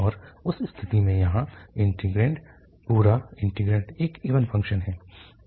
और उस स्थिति में यहाँ इंटीग्रैंड पूरा इंटीग्रैंड एक इवन फंक्शन है